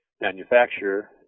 manufacturer